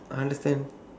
I understand